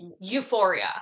euphoria